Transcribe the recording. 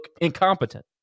incompetent